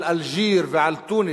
על אלג'יר ועל תוניס,